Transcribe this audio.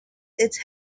its